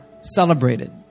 celebrated